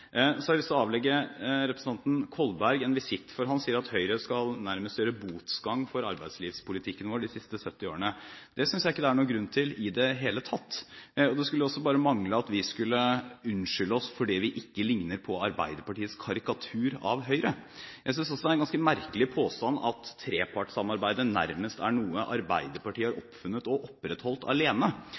Så har jeg lyst til å avlegge representanten Kolberg en visitt, for han sier at Høyre nærmest skal gjøre botsgang for arbeidslivspolitikken sin de siste 70 årene. Det synes jeg ikke det er noen grunn til i det hele tatt, og det skulle bare mangle at vi skulle unnskylde oss fordi vi ikke likner på Arbeiderpartiets karikatur av Høyre. Jeg synes også det er en ganske merkelig påstand at trepartssamarbeidet nærmest er noe Arbeiderpartiet har oppfunnet og opprettholdt alene.